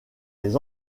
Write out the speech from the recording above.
les